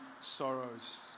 sorrows